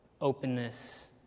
openness